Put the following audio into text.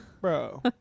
Bro